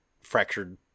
fractured